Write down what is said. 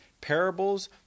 parables